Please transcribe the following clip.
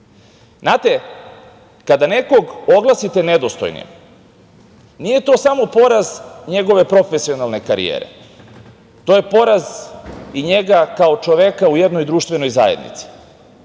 kada nekog oglasite nedostojnim, nije to samo poraz njegove profesionalne karijere, to je poraz i njega kao čoveka u jednoj društvenoj zajednici.